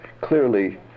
clearly